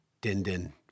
din-din